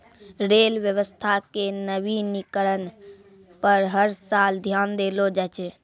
rail व्यवस्था के नवीनीकरण पर हर साल ध्यान देलो जाय छै